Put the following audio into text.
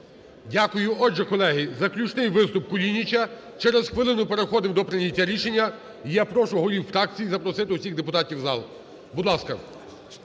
Дякую. Отже, колеги, заключний виступ - Кулініча. Через хвилину переходимо до прийняття рішення. І я прошу голів фракцій запросити всіх депутатів у зал. Будь ласка.